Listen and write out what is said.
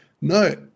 no